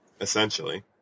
essentially